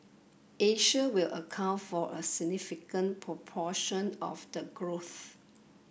Asia will account for a significant proportion of the growth